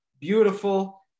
Beautiful